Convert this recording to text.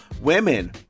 women